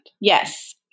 Yes